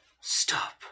Stop